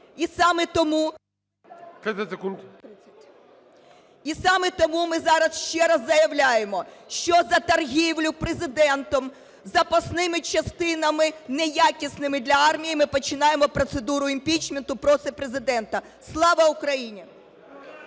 і саме тому ми зараз ще раз заявляємо, що за торгівлю Президентом запасними частинами, неякісними, для армії ми починаємо процедуру імпічменту проти Президента. Слава Україні!